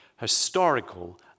historical